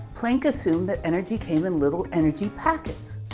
planck assumed that energy came in little energy packets.